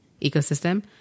ecosystem